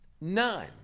none